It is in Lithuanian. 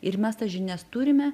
ir mes tas žinias turime